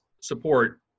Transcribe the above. support